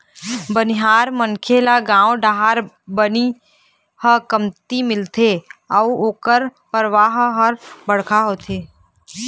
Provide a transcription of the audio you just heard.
बनिहार मनखे ल गाँव डाहर बनी ह कमती मिलथे अउ ओखर परवार ह बड़का होथे